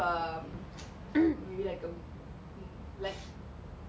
but ya lah